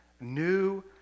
new